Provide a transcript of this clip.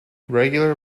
regular